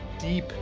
deep